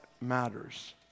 matters